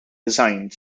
designed